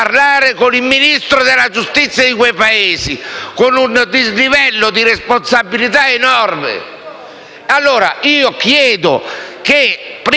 Grazie